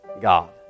God